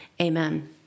Amen